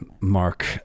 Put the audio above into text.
Mark